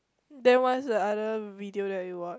then what's the other video that you watch